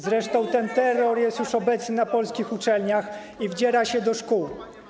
Zresztą ten terror jest już obecny na polskich uczelniach i wdziera się do szkół.